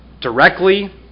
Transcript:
directly